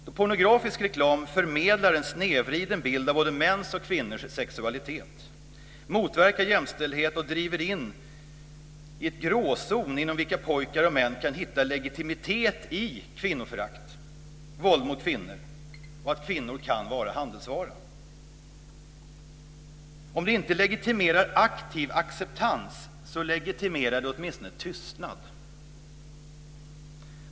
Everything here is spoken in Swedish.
Då pornografisk reklam förmedlar en snedvriden bild av både mäns och kvinnors sexualitet, motverkar jämställdhet och driver in i en gråzon i vilken pojkar och män kan hitta en legitimitet i kvinnoförakt, våld mot kvinnor och att kvinnor kan vara en handelsvara legitimerar det, om inte alltid acceptans, så åtminstone tystnad.